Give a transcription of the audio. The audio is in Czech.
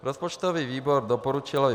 Rozpočtový výbor doporučil, aby